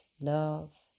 love